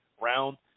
round